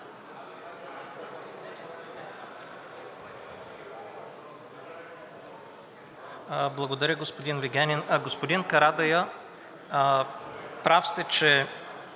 Благодаря, господин Вигенин. Господин Карадайъ, прав сте, че